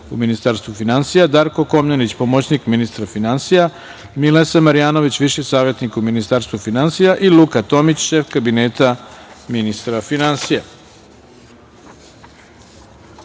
u Ministarstvu finansija, Darko Komnenić, pomoćnik ministra finansija, Milesa Marjanović, viši savetnik u Ministarstvu finansija i Luka Tomić, šef Kabineta ministra finansija. Ujedno